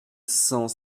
cent